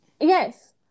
yes